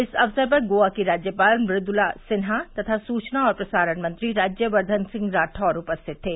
इस अवसर पर गोवा की राज्यपाल मुद्ला सिन्हा तथा सूचना और प्रसारण मंत्री राज्यवर्धन सिंह रावौर उपस्थित थे